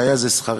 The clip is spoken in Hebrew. והיה זה שכרנו.